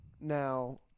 Now